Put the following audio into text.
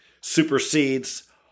supersedes